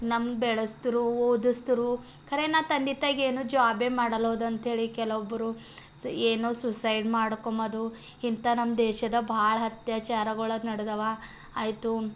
ನಮ್ಮ ಬೆೇಸಿದ್ರೂ ಓದಿಸಿದ್ರು ಖರೇನಾ ತಂದೆ ತಾಯಿಗೆ ಏನು ಜಾಬೆ ಮಾಡಲ್ಲ ಹೌದು ಅಂಥೇಳಿ ಕೆಲವೊಬ್ಬರು ಏನು ಸುಸೈಡ್ ಮಾಡ್ಕೊಂಬೋದು ಇಂಥ ನಮ್ಮ ದೇಶದಾಗ ಭಾಳ ಅತ್ಯಾಚಾರಗಳು ನಡೆದವಾ ಆಯಿತು